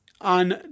on